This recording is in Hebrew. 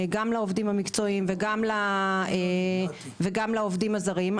גם לעובדים המקצועיים וגם לעובדים הזרים;